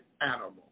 animal